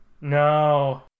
no